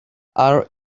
are